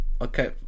Okay